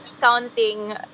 counting